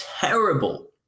terrible